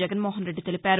జగన్మోహనరెడ్ది తెలిపారు